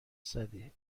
زدی